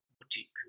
boutique